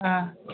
ꯑꯥ